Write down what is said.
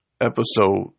episode